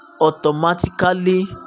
automatically